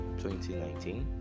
2019